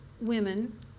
women